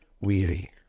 weary